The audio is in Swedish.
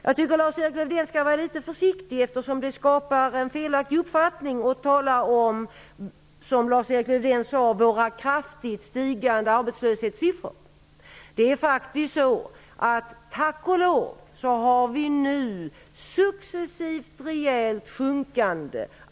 Lars-Erik Lövdén bör enligt min mening vara litet försiktig, eftersom det skapar en felaktig uppfattning att som han gör tala om kraftigt ökande arbetslöshet. Tack och lov har vi nu arbetslöshetssiffror som successivt sjunker rejält.